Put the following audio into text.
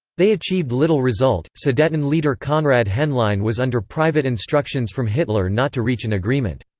they achieved little result sudeten leader konrad henlein was under private instructions from hitler not to reach an agreement.